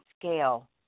scale